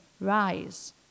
rise